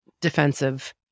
defensive